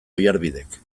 oiarbidek